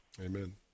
Amen